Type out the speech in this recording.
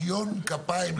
ניקיון כפיים,